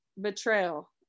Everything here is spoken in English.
betrayal